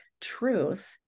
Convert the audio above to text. truth